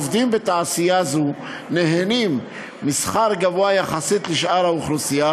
העובדים בתעשייה זו נהנים משכר גבוה יחסית לשאר האוכלוסייה.